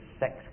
sex